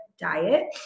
diet